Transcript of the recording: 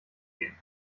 gehen